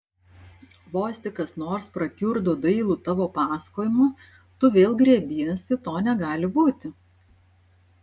vos tik kas nors prakiurdo dailų tavo pasakojimą tu vėl griebiesi to negali būti